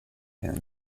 and